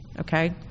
okay